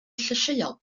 llysieuol